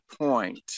point